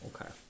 Okay